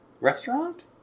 restaurant